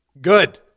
Good